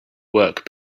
work